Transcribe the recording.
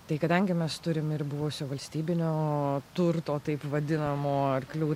tai kadangi mes turim ir buvusio valstybinio turto taip vadinamo arklių